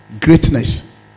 greatness